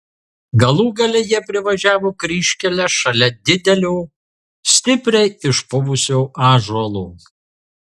galų gale jie privažiavo kryžkelę šalia didelio stipriai išpuvusio ąžuolo